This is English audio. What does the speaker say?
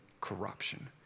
corruption